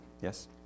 Yes